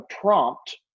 prompt